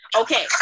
Okay